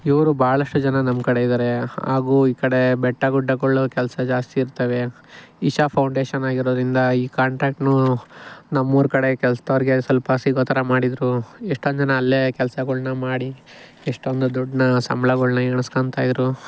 ಇವರು ಭಾಳಷ್ಟು ಜನ ನಮ್ಮ ಕಡೆ ಇದಾರೆ ಹಾಗೂ ಈ ಕಡೆ ಬೆಟ್ಟ ಗುಡ್ಡಗಳ್ ಕೆಲಸ ಜಾಸ್ತಿ ಇರ್ತವೆ ಇಶಾ ಫೌಂಡೇಶನ್ ಆಗಿರೋದರಿಂದ ಈ ಕಾಂಟ್ರ್ಯಾಕ್ಟ್ನು ನಮ್ಮೂರ ಕಡೆ ಕೆಲ್ಸದವ್ರಿಗೆ ಸ್ವಲ್ಪ ಸಿಗೋ ಥರ ಮಾಡಿದರು ಎಷ್ಟೊಂದು ಜನ ಅಲ್ಲೇ ಕೆಲ್ಸಗಳ್ನ ಮಾಡಿ ಎಷ್ಟೊಂದು ದುಡ್ಡನ್ನ ಸಂಬ್ಳಗಳ್ನ ಎಣ್ಸ್ಕೋಂತ ಇದ್ದರು